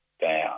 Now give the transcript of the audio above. down